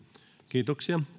kiitoksia